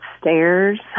stairs